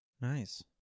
Nice